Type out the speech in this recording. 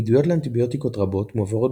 עמידויות לאנטיביוטיקות רבות מועברות